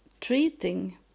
treating